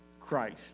Christ